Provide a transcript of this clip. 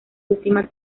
última